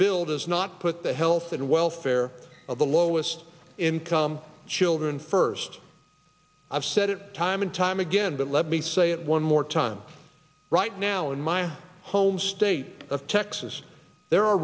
does not put the health and welfare of the lowest income children first i've said it time and time again but let me say it one more time right now in my home state of texas there are